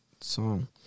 Song